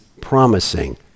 promising